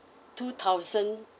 two thousand